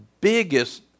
biggest